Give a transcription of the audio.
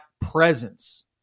presence